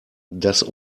das